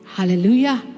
Hallelujah